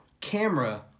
camera